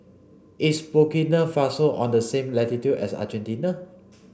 is Burkina Faso on the same latitude as Argentina